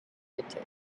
diacritic